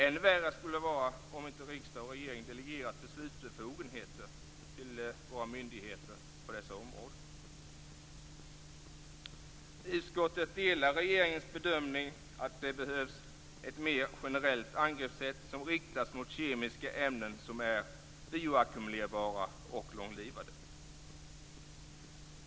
Än värre skulle det vara om inte riksdag och regering delegerat beslutsbefogenheter till våra myndigheter på dessa områden. Utskottet delar regeringens bedömning att det behövs ett mer generellt angreppssätt som riktas mot kemiska ämnen som är bioackumulerbara och långlivade.